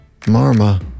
Marma